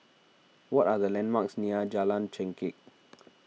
what are the landmarks near Jalan Chengkek